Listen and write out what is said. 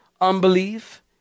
Unbelief